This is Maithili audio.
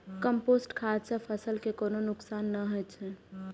कंपोस्ट खाद सं फसल कें कोनो नुकसान नै होइ छै